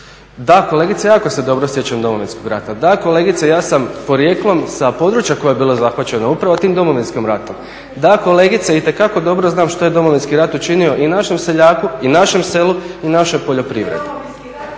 Da, kolegice jako se dobro sjećam Domovinskog rata. Da, kolegice ja sam porijeklom sa područja koje je bilo zahvaćeno upravo tim Domovinskim ratom. Da, kolegice itekako dobro znam što je Domovinski rat učinio i našem seljaku i našem selu i našoj poljoprivredi.